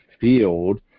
field